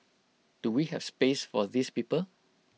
do we have space for these people